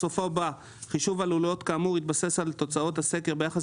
בסופה בא "חישוב עלות כאמור יתבסס על תוצאות הסקר ביחס